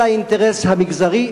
אלא את האינטרס המגזרי,